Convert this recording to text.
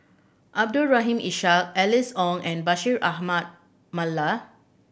Abdul Rahim Ishak Alice Ong and Bashir Ahmad Mallal